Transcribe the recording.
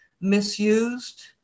misused